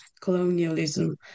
colonialism